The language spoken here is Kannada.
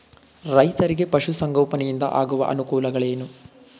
ರೈತರಿಗೆ ಪಶು ಸಂಗೋಪನೆಯಿಂದ ಆಗುವ ಅನುಕೂಲಗಳೇನು?